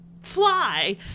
fly